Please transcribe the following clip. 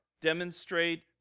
Demonstrate